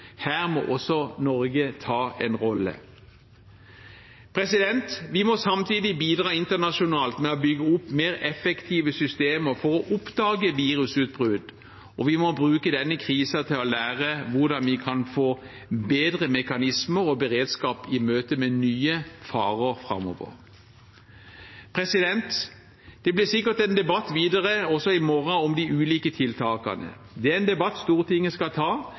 Her må også Norge ta en rolle. Vi må samtidig bidra internasjonalt med å bygge opp mer effektive systemer for å oppdage virusutbrudd, og vi må bruke denne krisen til å lære hvordan vi kan få bedre mekanismer og beredskap i møte med nye farer framover. Det blir sikkert en debatt videre, også i morgen, om de ulike tiltakene. Det er en debatt Stortinget skal ta.